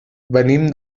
venim